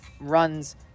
runs